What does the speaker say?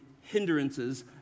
hindrances